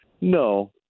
No